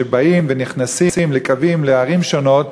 שבאים ונכנסים לקווים לערים שונות,